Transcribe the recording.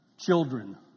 children